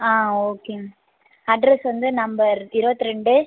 ஆ okay ma'am address வந்து number இருபத்திரெண்டு